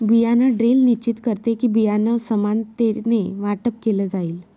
बियाण ड्रिल निश्चित करते कि, बियाणं समानतेने वाटप केलं जाईल